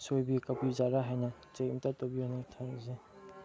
ꯁꯣꯏꯕꯒꯤ ꯀꯛꯄꯖꯥꯠꯂ ꯍꯥꯏꯅ ꯆꯦꯛ ꯑꯝꯇ ꯇꯧꯕꯤꯌꯨꯅꯦ ꯊꯝꯖꯩ